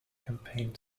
campaign